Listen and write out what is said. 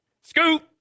Scoop